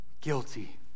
guilty